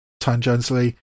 tangentially